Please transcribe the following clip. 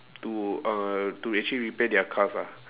to uh to actually repair their cars ah